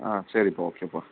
ஆ சரிப்பா ஓகேப்பா